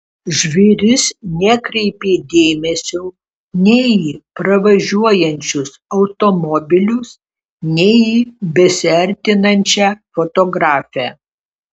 žvėris nekreipė dėmesio nei į pravažiuojančius automobilius nei į besiartinančią fotografę